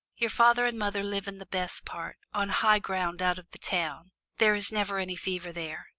your father and mother live in the best part on high ground out of the town there is never any fever there.